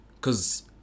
Cause